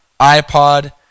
ipod